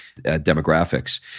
demographics